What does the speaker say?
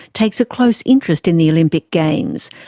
takes a close interest in the olympic games.